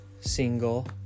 single